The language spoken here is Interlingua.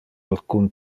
alcun